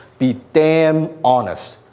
be damn honest.